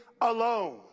alone